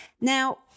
Now